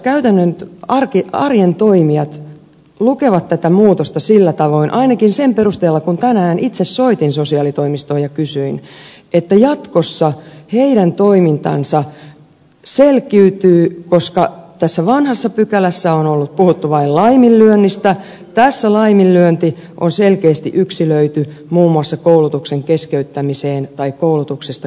käytännön arjen toimijat lukevat tätä muutosta sillä tavoin ainakin sen perusteella kun tänään itse soitin sosiaalitoimistoon ja kysyin että jatkossa heidän toimintansa selkiytyy koska vanhassa pykälässä on puhuttu vain laiminlyönnistä ja tässä laiminlyönti on selkeästi yksilöity muun muassa koulutuksen keskeyttämiseksi tai koulutuksesta kieltäytymiseksi